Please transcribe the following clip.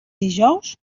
dijous